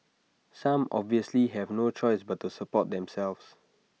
some obviously have no choice but to support themselves